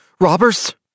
Robbers